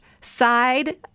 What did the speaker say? side